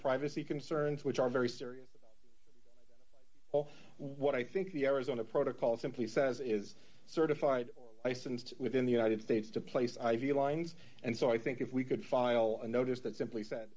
privacy concerns which are very serious all what i think the arizona protocol simply says is certified or licensed within the united states to place i v lines and so i think if we could file a notice that simply said